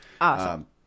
Awesome